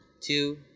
two